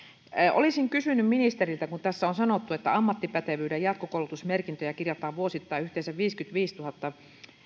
olisin kysynyt ministeriltä kun tässä on sanottu ammattipätevyyden jatkokoulutusmerkintöjä kirjataan vuosittain yhteensä viisikymmentäviisituhatta